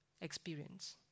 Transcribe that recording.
experience